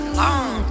long